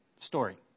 story